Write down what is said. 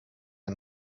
the